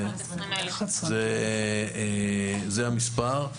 זה המספר.